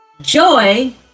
Joy